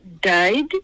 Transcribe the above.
died